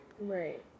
right